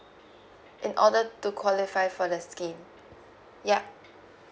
in order to qualify for the scheme ya